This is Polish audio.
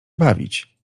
bawić